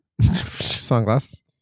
Sunglasses